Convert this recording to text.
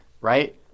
right